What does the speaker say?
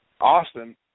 austin